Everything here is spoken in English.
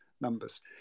numbers